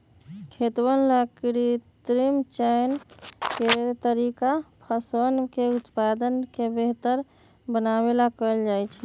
खेतवन ला कृत्रिम चयन के तरीका फसलवन के उत्पादन के बेहतर बनावे ला कइल जाहई